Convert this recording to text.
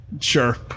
sure